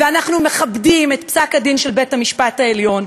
ואנחנו מכבדים את פסק-הדין של בית-המשפט העליון.